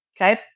Okay